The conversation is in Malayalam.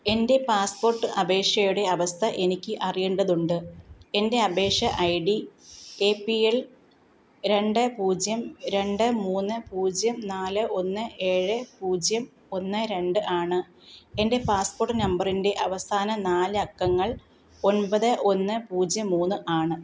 എൻ്റെ പാസ്പോർട്ട് അപേക്ഷയുടെ അവസ്ഥ എനിക്ക് അറിയേണ്ടതുണ്ട് എൻ്റെ അപേക്ഷ I D A P L രണ്ട് പൂജ്യം രണ്ട് മൂന്ന് പൂജ്യം നാല് ഒന്ന് ഏഴ് പൂജ്യം ഒന്ന് രണ്ട് ആണ് എൻ്റെ പാസ്പോർട്ട് നമ്പറിൻ്റെ അവസാന നാല് അക്കങ്ങൾ ഒൻപത് ഒന്ന് പൂജ്യം മൂന്ന് ആണ്